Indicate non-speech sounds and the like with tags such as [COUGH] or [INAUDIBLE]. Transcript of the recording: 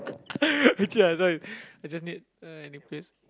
[LAUGHS] I just need uh any place